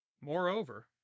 Moreover